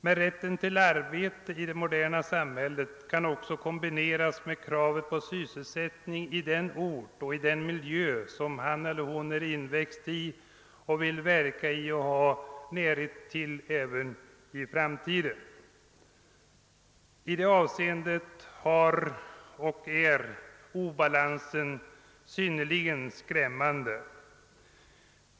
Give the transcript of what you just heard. Men rätten till arbete i det moderna samhället kan också kombineras med kravet på sysselsättning på den ort och i den miljö som han eller hon är van vid och även i framtiden vill verka i. I detta avseende har obalansen varit och är fortfarande skrämmande.